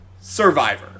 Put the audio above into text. Survivor